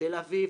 תל אביב,